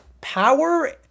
power